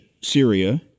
Syria